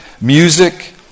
music